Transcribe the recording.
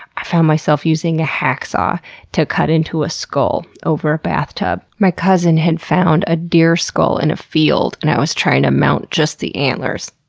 i found myself using a hacksaw to cut into a skull over a bathtub. my cousin had found a deer skull in a field and i was trying to mount just the antlers.